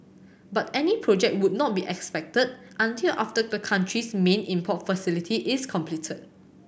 but any project would not be expected until after the country's main import facility is completed